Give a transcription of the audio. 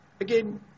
Again